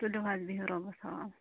تُلِو حظ بِہِو رۄبَس حوال